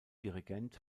dirigent